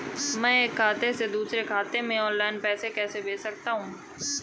मैं एक खाते से दूसरे खाते में ऑनलाइन पैसे कैसे भेज सकता हूँ?